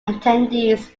attendees